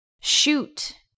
Shoot